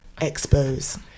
expose